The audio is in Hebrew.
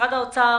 משרד האוצר